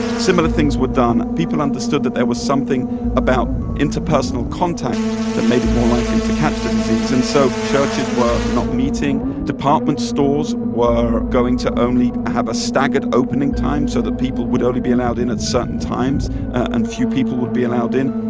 similar things were done. people understood that there was something about interpersonal contact that made it more likely to catch the disease and so churches were not meeting. department stores were going to only have a staggered opening time so that people would only be allowed in at certain times and few people would be allowed in.